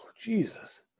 Jesus